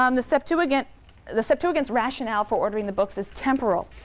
um the septuagint's the septuagint's rationale for ordering the books is temporal.